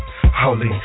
Holy